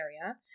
area